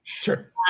Sure